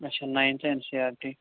اچھا ninth N C R T